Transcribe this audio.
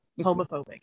homophobic